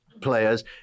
players